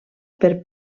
per